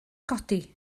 godi